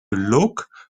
look